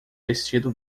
vestido